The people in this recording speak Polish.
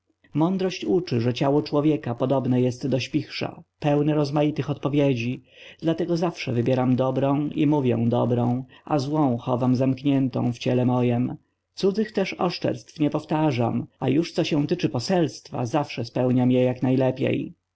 mądrość uczy że ciało człowieka podobne jest do śpichrza pełne rozmaitych odpowiedzi dlatego zawsze wybieram dobrą i mówię dobrą a złą chowam zamkniętą w ciele mojem cudzych też oszczerstw nie powtarzam a już co się tyczy poselstwa zawsze spełniam je jak najlepiej